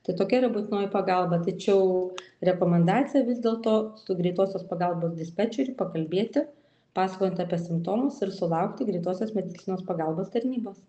tai tokia yra būtinoji pagalba tačiau rekomendacija vis dėlto su greitosios pagalbos dispečeriu pakalbėti pasakojant apie simptomus ir sulaukti greitosios medicinos pagalbos tarnybos